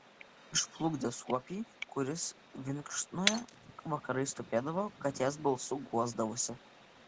išplukdė suopį kuris vinkšnoje vakarais tupėdavo katės balsu guosdavosi